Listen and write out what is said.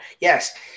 Yes